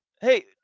Hey